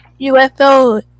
UFO